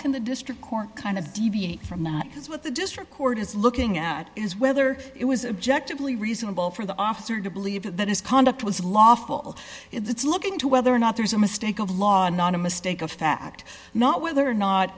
can the district court kind of deviate from that that's what the district court is looking at is whether it was objective really reasonable for the officer to believe that his conduct was lawful it's looking into whether or not there's a mistake of law or not a mistake of fact not whether or not